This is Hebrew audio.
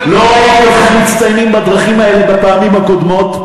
לא ראיתי אתכם מצטיינים בדרכים האלה בפעמים הקודמות.